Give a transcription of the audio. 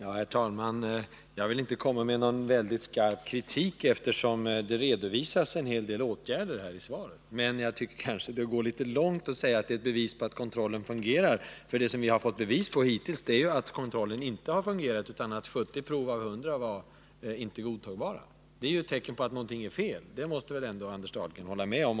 Herr talman! Jag vill inte komma med hård kritik, eftersom en hel del åtgärder redovisas i svaret, men jag tycker det är att gå litet väl långt att säga att de är ett bevis på att kontrollen fungerar. Att kontrollen inte har fungerat har vi redan fått bevis på, eftersom 70 prov av 100 inte var godtagbara. Det är ett tecken på att någonting är fel — det måste väl ändå Anders Dahlgren hålla med om.